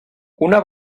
una